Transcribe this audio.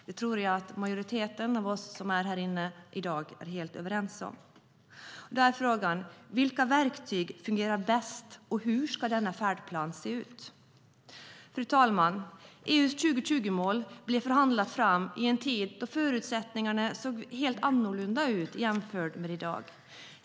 Det tror jag att majoriteten av oss härinne i dag är helt överens om. Då är frågan: Vilka verktyg fungerar bäst, och hur ska färdplanen se ut? Fru talman! EU:s 2020-mål blev framförhandlade i en tid då förutsättningarna såg helt annorlunda ut än i dag.